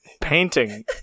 painting